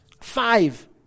Five